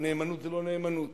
נאמנות זה לא נאמנות,